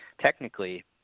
technically